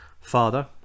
father